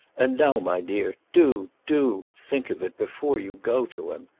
and now, my dear, do, do think of it before you go to him.